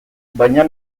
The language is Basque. baina